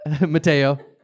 Mateo